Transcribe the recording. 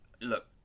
Look